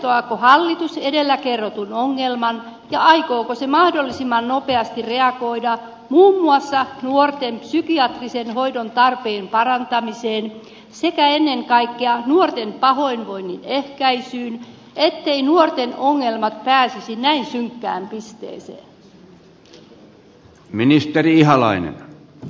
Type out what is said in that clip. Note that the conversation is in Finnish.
tiedostaako hallitus edellä kerrotun ongelman ja aikooko se mahdollisimman nopeasti reagoida muun muassa nuorten psykiatrisen hoidon tarpeen parantamiseen sekä ennen kaikkea nuorten pahoinvoinnin ehkäisyyn etteivät nuorten ongelmat pääsisi näin synkkään pisteeseen